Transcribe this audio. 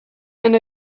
and